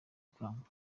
ikamba